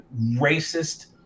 racist